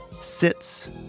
sits